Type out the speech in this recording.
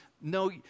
No